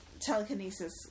telekinesis